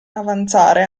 avanzare